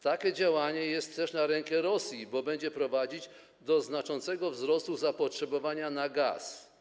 Takie działanie jest też na rękę Rosji, bo będzie prowadzić do znaczącego wzrostu zapotrzebowania na gaz.